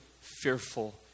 fearful